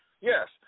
Yes